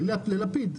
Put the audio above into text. ללפיד.